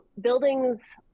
buildings